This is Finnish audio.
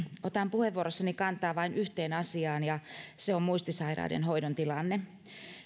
otan puheenvuorossani kantaa vain yhteen asiaan ja se on muistisairaiden hoidon tilanne